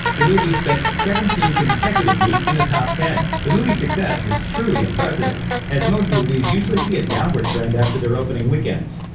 the movie spent seventeen consecutive weeks in the top ten. the movie's success was truly unprecedented, as most movies usually see a downward trend after their opening weekends.